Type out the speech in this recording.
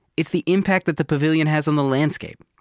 it's the impact that the pavilion has on the landscape,